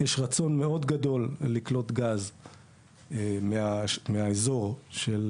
יש רצון מאוד גדול לקלוט גז מהאזור של